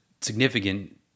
significant